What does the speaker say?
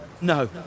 no